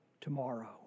tomorrow